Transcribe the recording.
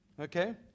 Okay